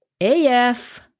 AF